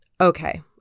okay